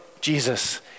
Jesus